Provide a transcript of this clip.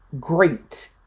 great